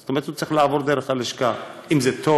זאת אומרת, הוא צריך לעבור דרך הלשכה, אם זה תור